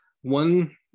One